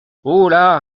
holà